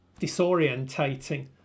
disorientating